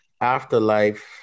Afterlife